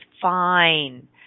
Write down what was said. fine